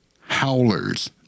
howlers